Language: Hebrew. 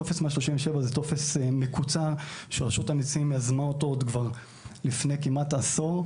טופס 137 הוא טופס מקוצר שרשות המיסים יזמה לפני כמעט עשור,